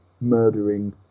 murdering